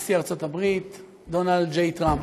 נשיא ארצות הברית דונלד ג'יי טראמפ.